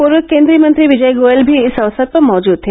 पूर्व केन्द्रीय मंत्री विजय गोयल भी इस अवसर पर मौजद थे